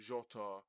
Jota